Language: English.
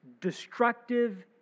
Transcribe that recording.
destructive